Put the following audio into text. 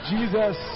Jesus